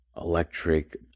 electric